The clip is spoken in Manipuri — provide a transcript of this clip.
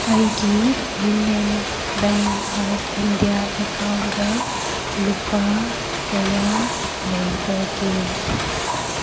ꯑꯩꯒꯤ union bank of India account ꯂꯨꯄꯥ ꯀꯌꯥ ꯂꯩꯕꯒꯦ